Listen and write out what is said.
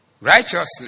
Righteousness